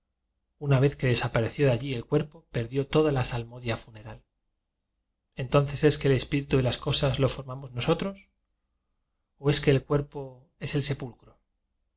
una vez que desapareció de allí el cuerpo perdió toda la salmodia funeral entonces es que el espíritu de las cosas lo formamos nos otros o es que el cuerpo es el sepul